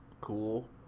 cool